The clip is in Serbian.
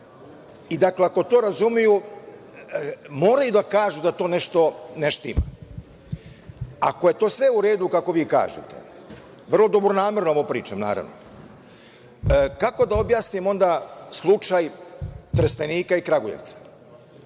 Dakle, ako to razumeju, moraju da kažu da tu nešto ne štima. Ako je to sve u redu, kako vi kažete, vrlo dobronamerno ovo pričam, naravno, kako da objasnim onda slučaj Trstenika i Kragujevca?